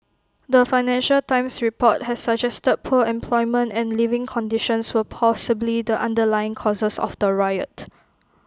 the financial times report had suggested poor employment and living conditions were possibly the underlying causes of the riot